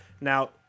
Now